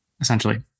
Essentially